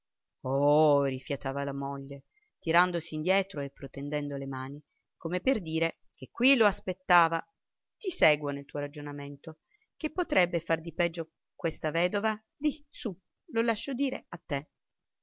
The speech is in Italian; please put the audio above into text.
oooh rifiatava la moglie tirandosi indietro e protendendo le mani come per dire che qui lo aspettava ti seguo nel tuo ragionamento che potrebbe far di peggio questa vedova di su lo lascio dire a te